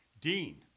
Dean